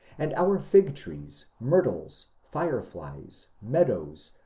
and our fig-trees, myrtles, fireflies, meadows,